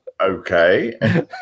okay